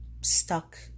stuck